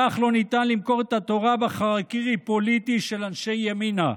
כך לא ניתן למכור את התורה בחרקירי פוליטי של אנשי ימינה.